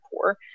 poor